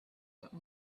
that